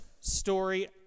story